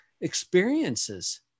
experiences